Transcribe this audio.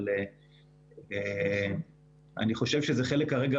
אבל אני חושב שזה חלק כרגע